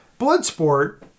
Bloodsport